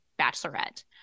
Bachelorette